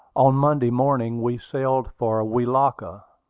on monday morning we sailed for welaka,